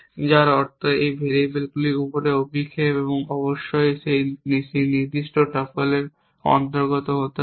যার অর্থ এই ভেরিয়েবলগুলির উপর অভিক্ষেপ অবশ্যই সেই নির্দিষ্ট ট্রিপলের অন্তর্গত হতে হবে